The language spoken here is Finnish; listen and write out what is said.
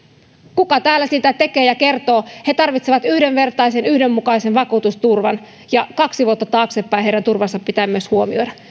kuka täällä sitä tekee ja siitä kertoo he tarvitsevat yhdenvertaisen yhdenmukaisen vakuutusturvan ja kaksi vuotta taaksepäin heidän turvansa pitää myös huomioida